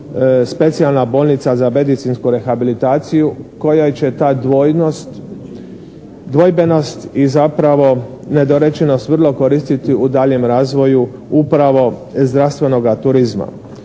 Specijalna bolnica za medicinsku rehabilitaciju kojoj će ta dvojnost, dvojbenost i zapravo nedorečenost vrlo koristiti u daljnjem razvoju upravo iz zdravstvenoga turizma.